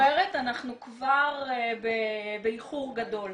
אם היא מתעוררת, אנחנו כבר באיחור גדול.